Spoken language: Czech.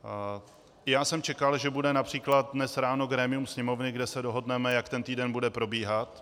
I já jsem čekal, že bude například dnes ráno grémium Sněmovny, kde se dohodneme, jak týden bude probíhat.